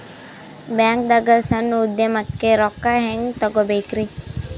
ಬ್ಯಾಂಕ್ನಾಗ ಸಣ್ಣ ಉದ್ಯಮಕ್ಕೆ ರೊಕ್ಕ ಹೆಂಗೆ ತಗೋಬೇಕ್ರಿ?